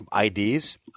IDs